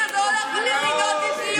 חבר הכנסת יוראי להב הרצנו,